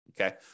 Okay